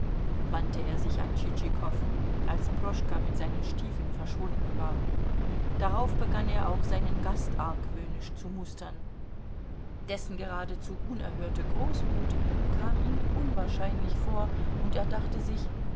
wandte er sich an tschitschikow als proschka mit seinen stiefeln verschwunden war darauf begann er auch seinen gast argwöhnisch zu mustern dessen geradezu unerhörte großmut kam ihm unwahrscheinlich vor und er dachte sich